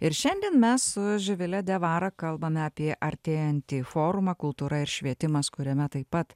ir šiandien mes su živile diawara kalbame apie artėjantį forumą kultūra ir švietimas kuriame taip pat